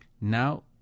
Now